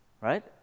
Right